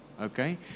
Okay